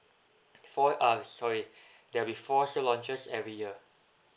four uh sorry there will be four sale launches every year